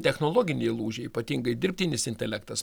technologiniai lūžiai ypatingai dirbtinis intelektas